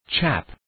Chap